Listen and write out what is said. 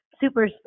super